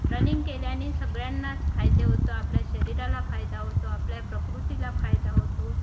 running केल्याने सगळ्यांनाच फायदे होतं आपल्या शरीराला फायदा होतो आपल्या प्रकृतीला फायदा होतो